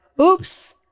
oops